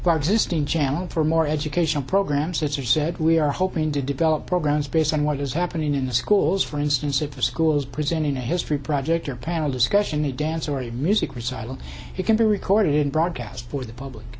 existing channels for more educational programs that are said we are hoping to develop programs based on what is happening in the schools for instance if a school is presenting a history project or panel discussion a dance or a music recital it can be recorded and broadcast for the public